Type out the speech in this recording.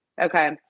Okay